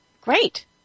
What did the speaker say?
Great